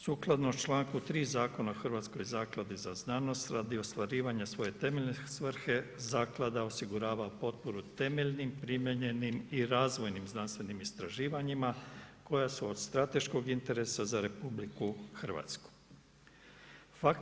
Sukladno članku 3. Zakona o Hrvatskoj zakladi za znanost radi ostvarivanja svoje temeljne svrhe zaklada osigurava potporu temeljnim primijenjenim i razvojnim znanstvenim istraživanjima koja su od strateškog interesa za Republiku Hrvatsku.